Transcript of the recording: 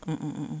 mm mm mm mm